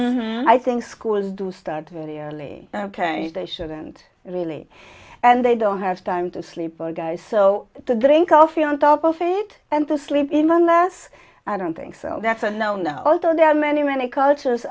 a i think schools do start very early change they shouldn't really and they don't have time to sleep or guys so to drink coffee on top of it and to sleep in unless i don't think so that's a no no although there are many many cultures